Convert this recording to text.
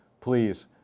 please